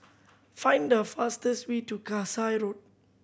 find the fastest way to Kasai Road